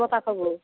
କୋ ପାଖ ବଳୁ